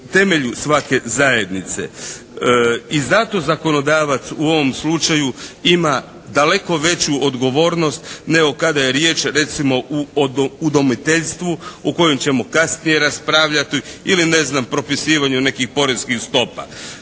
temelju svake zajednice i zato zakonodavac u ovom slučaju ima daleko veću odgovornost nego kada je riječ recimo u udomiteljstvu o kojem ćemo kasnije raspravljati ili ne znam propisivanju nekih poreskih stopa.